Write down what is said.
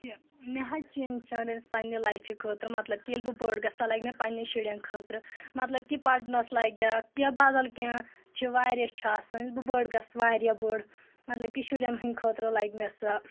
یہِ مےٚ حظ چھ اِنشرَنس پنٛنہِ لایفہِ خٲطرٕ مطلب کہِ ییٚلہِ بہٕ بٔڑ گژھٕ سۄ لَگہِ مےٚ پَننؠن شُرؠن خٲطرٕ مطلب کہِ پَرنَس لگیٚکھ کینٛہہ یا بَدَل کینٛہہ چھِ واریاہ چھِ آسان ییٚلہِ بہٕ بٔڑ گژھٕ واریاہ بٔڑ مطلب کہِ شُرؠن ہٕنٛدۍ خٲطرٕ لَگہِ مےٚ سۄ